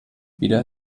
wieder